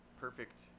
perfect